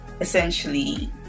essentially